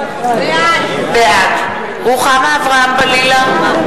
בעד רוחמה אברהם-בלילא,